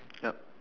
yup